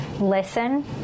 Listen